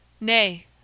Nay